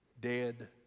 Dead